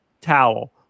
towel